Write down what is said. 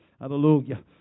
hallelujah